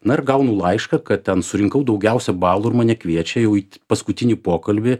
na ir gaunu laišką kad ten surinkau daugiausia balų ir mane kviečia jau į paskutinį pokalbį